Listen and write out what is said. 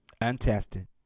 untested